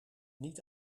niet